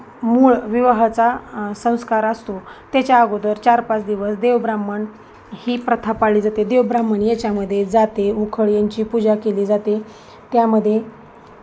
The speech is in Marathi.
मूळ विवाहाचा संस्कार असतो त्याच्या अगोदर चार पाच दिवस देवब्राह्मण ही प्रथा पाळली जाते देवब्राह्मण याच्यामध्ये जाते उखळ यांंची पूजा केली जाते त्यामध्ये